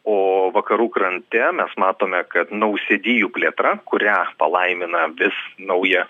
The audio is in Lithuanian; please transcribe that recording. o vakarų krante mes matome kad nausėdijų plėtra kurią palaimina vis nauja